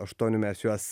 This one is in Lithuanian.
aštuonių mes juos